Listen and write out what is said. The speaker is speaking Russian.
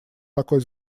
такой